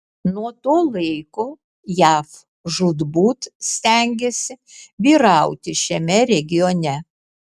nuo to laiko jav žūtbūt stengėsi vyrauti šiame regione